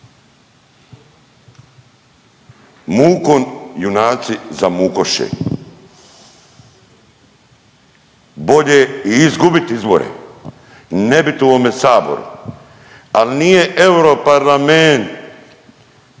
Mukom junaci zamukoše! Bolje i izgubit izbore, ne bit u ovome Saboru. Ali nije europarlament